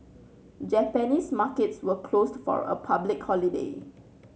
Japanese markets were closed for a public holiday